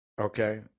Okay